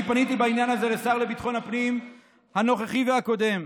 אני פניתי בעניין הזה לשר לביטחון הפנים הנוכחי והקודם.